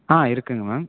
ஆ இருக்குதுங்க மேம்